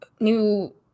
new